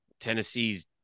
Tennessee's